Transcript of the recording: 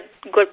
good